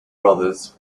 brothers